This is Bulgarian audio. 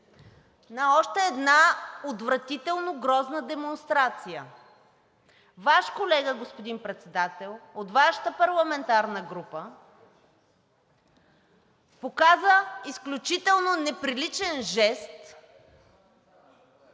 на още една отвратително грозна демонстрация. Ваш колега, господин Председател, от Вашата парламентарна група, показа изключително неприличен жест